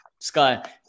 Sky